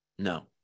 No